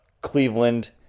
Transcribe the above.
Cleveland